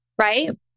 right